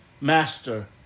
master